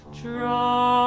draw